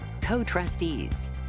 co-trustees